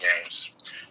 games